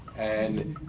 and